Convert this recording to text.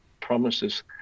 promises